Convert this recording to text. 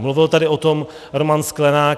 Mluvil tady o tom Roman Sklenák.